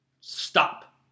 Stop